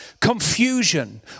confusion